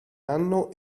anno